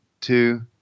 two